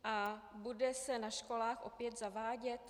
A bude se na školách opět zavádět?